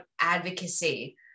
advocacy